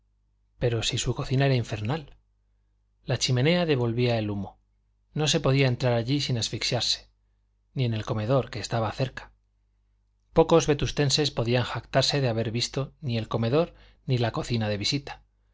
pero si su cocina era infernal la chimenea devolvía el humo no se podía entrar allí sin asfixiarse ni en el comedor que estaba cerca pocos vetustenses podían jactarse de haber visto ni el comedor ni la cocina de visita